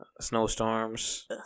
snowstorms